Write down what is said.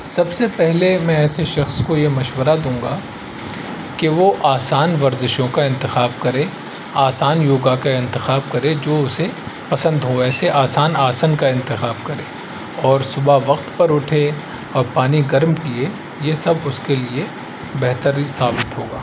سب سے پہلے میں ایسے شخص کو یہ مشورہ دوں گا کہ وہ آسان ورزشوں کا انتخاب کرے آسان یوگا کا انتخاب کرے جو اسے پسند ہو ویسے آسان آسن کا انتخاب کرے اور صبح وقت پر اٹھے اور پانی گرم کیے یہ سب اس کے لیے بہتری ثابت ہوگا